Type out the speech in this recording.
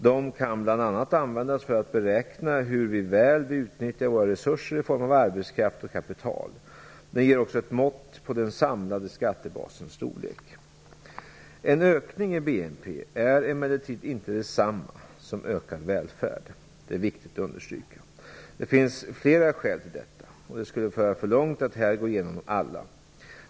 De kan bl.a. användas för att beräkna hur väl vi utnyttjar våra resurser i form av arbetskraft och kapital. De ger också ett mått på den samlade skattebasens storlek. En ökning i BNP är emellertid inte detsamma som ökad välfärd. Det är viktigt att understryka. Det finns flera skäl till detta, och det skulle föra för långt att här gå igenom dem alla.